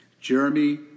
Jeremy